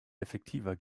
effektiver